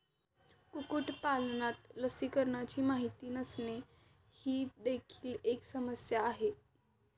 कुक्कुटपालनात लसीकरणाची माहिती नसणे ही देखील एक समस्या आहे